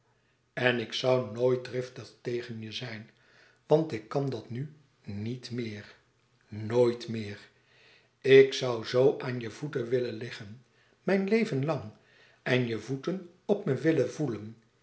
en ik zoû nooit driftig tegen je zijn want ik kan dat nu niet meer nooit meer ik zoû zoo aan je voeten willen liggen mijn leven lang en je voeten op me willen voelen